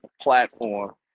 platform